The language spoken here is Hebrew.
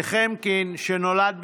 נחמקין, שנולד בנהלל,